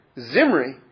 Zimri